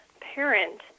parent